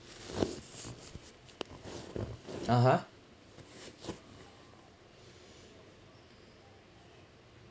(uh huh)